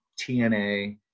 TNA